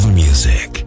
music